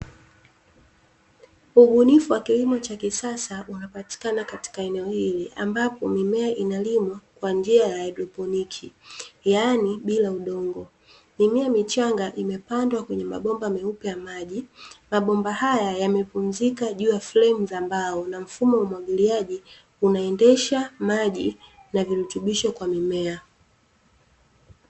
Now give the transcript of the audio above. Ubunifu wa kilimo cha kisasa unapatikana katika eneo hili, ambapo mimea inalimwa kwa njia ya haidroponi, yaani bila udongo. Mimea michanga imepandwa kwenye mabomba meupe ya maji, mabomba haya yamepumzika juu ya fremu za mbao na mfumo wa umwagiliaji unaendesha maji na virutubisho kwa mimea.